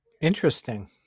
Interesting